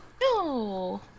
No